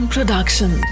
Production